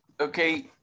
okay